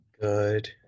good